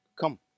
come